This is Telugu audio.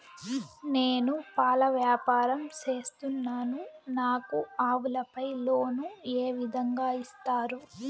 నేను పాల వ్యాపారం సేస్తున్నాను, నాకు ఆవులపై లోను ఏ విధంగా ఇస్తారు